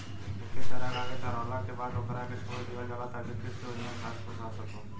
एके चारागाह के चारावला के बाद ओकरा के छोड़ दीहल जाला ताकि फिर से ओइमे घास फूस आ सको